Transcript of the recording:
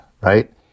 right